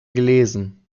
gelesen